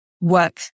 work